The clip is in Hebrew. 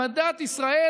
מסוים?